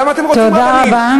למה אתם רוצים רבנים?